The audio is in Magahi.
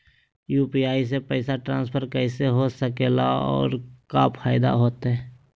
यू.पी.आई से पैसा ट्रांसफर कैसे हो सके ला और का फायदा होएत?